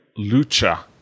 lucha